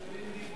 נסים,